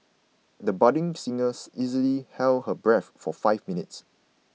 the budding singers easily held her breath for five minutes